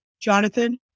Jonathan